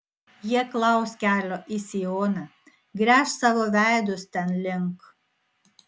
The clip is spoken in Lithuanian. jie klaus kelio į sioną gręš savo veidus ten link